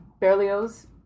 Berlioz